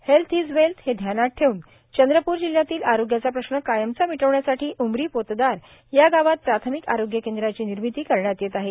health is wealth हे ध्यानात ठेवून चंद्रपूर जिल्ह्यातील आरोग्याचा प्रश्न कायमचा मिटवण्यासाठी उमरी पोतदार या गावात प्राथमिक आरोग्य केंद्राची निर्मिती करण्यात येत आहे